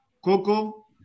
Coco